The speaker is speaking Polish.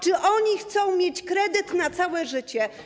Czy oni chcą mieć kredyt na całe życie?